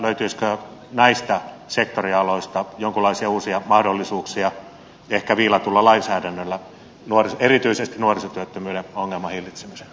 löytyisikö näistä sektorialoista jonkunlaisia uusia mahdollisuuksia ehkä viilatulla lainsäädännöllä erityisesti nuorisotyöttömyyden ongelman hillitsemiseen